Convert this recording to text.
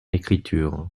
écriture